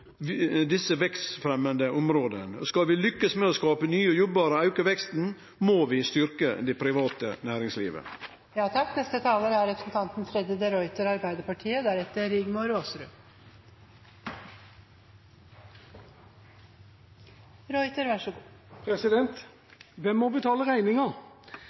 prioritere desse vekstfremjande områda. Skal vi lykkast med å skape nye jobbar og auke veksten, må vi styrkje det private næringslivet. Hvem må betale